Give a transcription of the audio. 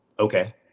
Okay